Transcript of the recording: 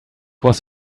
was